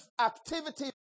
activity